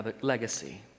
legacy